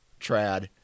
trad